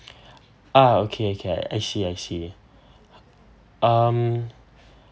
ah okay okay I see I see um